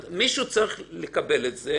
מישהו צריך לקבל את זה